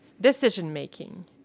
decision-making